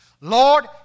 Lord